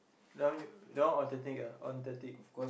that one you that one authentic ah authentic